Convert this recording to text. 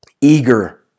eager